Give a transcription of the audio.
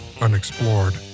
unexplored